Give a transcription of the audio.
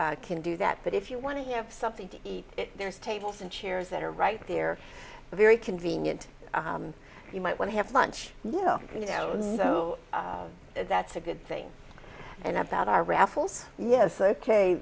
also can do that but if you want to have something to eat there's tables and chairs that are right here very convenient you might want to have lunch you know so that's a good thing and about our raffles yes ok